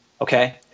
Okay